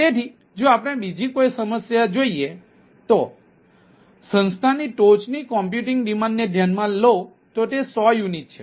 તેથી જો આપણે બીજી કોઈ સમસ્યા જોઈએ તો સંસ્થાની ટોચની કમ્પ્યુટિંગ ડિમાન્ડ ને ધ્યાનમાં લો તો તે 100 યુનિટો છે